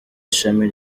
ishami